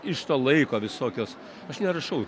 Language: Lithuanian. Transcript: iš to laiko visokios aš nerašau